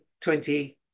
20